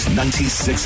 96